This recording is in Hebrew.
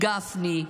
גפני,